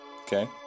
Okay